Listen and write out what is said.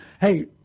Hey